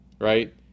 Right